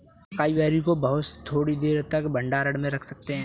acai berry को बहुत थोड़ी देर तक भंडारण में रख सकते हैं